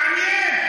מעניין.